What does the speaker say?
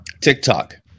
TikTok